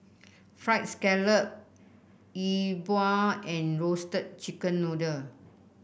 fried scallop Yi Bua and Roasted Chicken Noodle